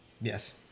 yes